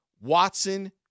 Watson